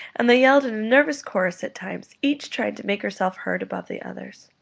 and they yelled in a nervous chorus at times, each trying to make herself heard above the others.